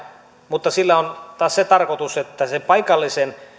mutta sillä on taas se tarkoitus että paikallisten